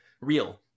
Real